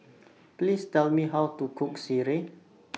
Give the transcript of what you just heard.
Please Tell Me How to Cook Sireh